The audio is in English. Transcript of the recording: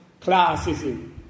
classism